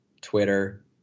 Twitter